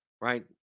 right